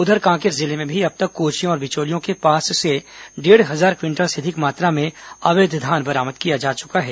उधर कांकेर जिले में भी अब तक कोचियों और बिचौलियों के पास से डेढ़ हजार क्विंटल से अधिक मात्रा में अवैध धान बरामद किया जा चुका है